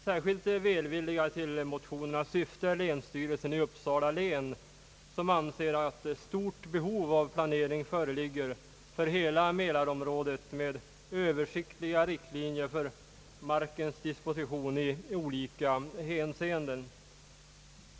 Särskilt välvillig till motionens syfte är länsstyrelsen i Uppsala län, som anser att ett stort behov av planering föreligger för hela mälarområdet med översiktliga riktlinjer för markens disposition i olika hänseenden.